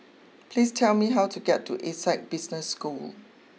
please tell me how to get to Essec Business School